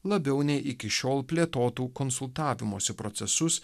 labiau nei iki šiol plėtotų konsultavimosi procesus